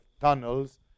tunnels